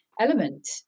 element